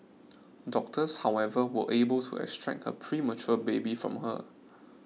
doctors however were able to extract her premature baby from her